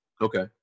okay